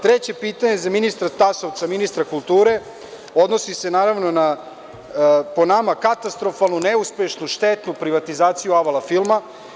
Treće pitanje za ministra kulture Tasovca, odnosi se naravno, po nama, katastrofalno neuspešnu štetnu privatizaciju „Avala filma“